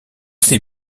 ses